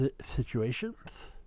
situations